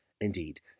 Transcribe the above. Indeed